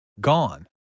gone